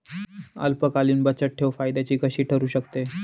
अल्पकालीन बचतठेव फायद्याची कशी ठरु शकते?